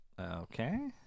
Okay